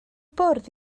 bwrdd